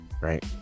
right